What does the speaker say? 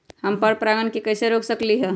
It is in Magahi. हम पर परागण के कैसे रोक सकली ह?